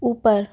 ऊपर